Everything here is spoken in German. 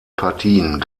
partien